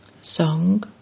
Song